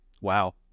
Wow